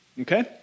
Okay